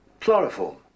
Chloroform